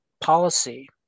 policy